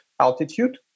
altitude